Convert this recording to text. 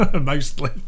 mostly